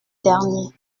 dernier